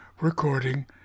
recording